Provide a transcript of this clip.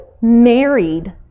married